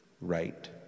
right